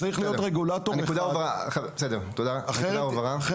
בסדר גמור.